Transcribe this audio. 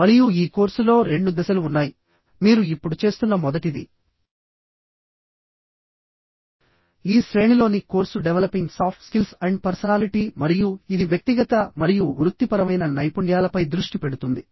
మరియు ఈ కోర్సులో రెండు దశలు ఉన్నాయి మీరు ఇప్పుడు చేస్తున్న మొదటిది ఈ శ్రేణిలోని course developing soft skills and personality మరియు ఇది వ్యక్తిగత మరియు వృత్తిపరమైన నైపుణ్యాలపై దృష్టి పెడుతుంది